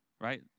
right